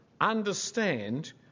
understand